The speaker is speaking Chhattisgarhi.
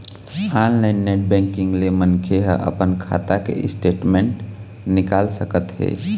ऑनलाईन नेट बैंकिंग ले मनखे ह अपन खाता के स्टेटमेंट निकाल सकत हे